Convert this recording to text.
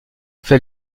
fait